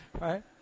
right